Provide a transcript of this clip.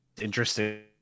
interesting